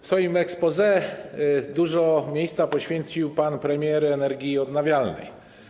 W swoim exposé dużo miejsca poświęcił pan premier energii odnawialnej.